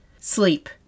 sleep